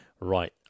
Right